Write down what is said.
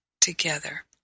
together